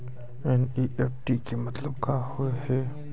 NEFT के मतलब का होव हेय?